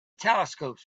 telescopes